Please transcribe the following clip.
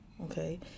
Okay